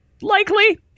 likely